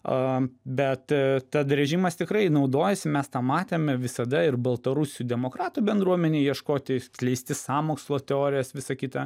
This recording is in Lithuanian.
a bet tad režimas tikrai naudojasi mes tą matėme visada ir baltarusių demokratų bendruomenėj ieškoti skleisti sąmokslo teorijas visa kita